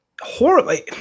horribly